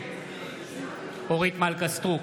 נגד אורית מלכה סטרוק,